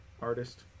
artist